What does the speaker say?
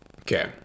Okay